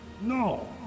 No